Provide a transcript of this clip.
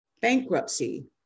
bankruptcy